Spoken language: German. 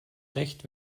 recht